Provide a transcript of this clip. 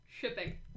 Shipping